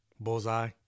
bullseye